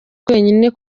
twenyine